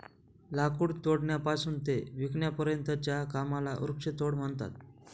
लाकूड तोडण्यापासून ते विकण्यापर्यंतच्या कामाला वृक्षतोड म्हणतात